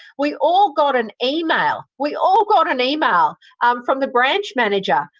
we all got an email. we all got an email from the branch manager